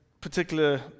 particular